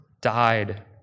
died